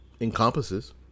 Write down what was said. encompasses